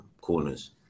corners